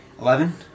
Eleven